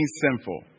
sinful